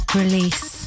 release